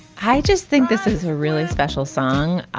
i just think this is a really special song.